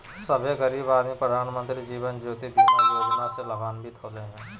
सभे गरीब आदमी प्रधानमंत्री जीवन ज्योति बीमा योजना से लाभान्वित होले हें